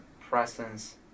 presence